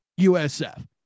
USF